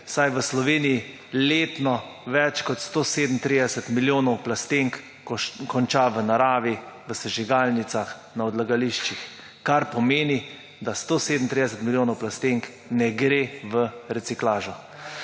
saj v Sloveniji letno več kot 137 milijonov plastenk konča v naravi, v sežigalnicah, na odlagališčih, kar pomeni, da 137 milijonov plastenk ne gre v reciklažo.